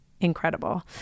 incredible